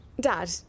Dad